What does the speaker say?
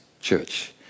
church